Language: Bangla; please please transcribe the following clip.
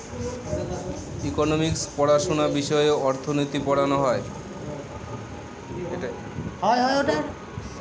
ইকোনমিক্স পড়াশোনা বিষয়ে অর্থনীতি পড়ানো হয়